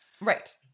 Right